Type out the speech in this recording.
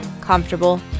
comfortable